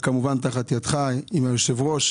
וכמובן, תחת ידך עם היושב-ראש.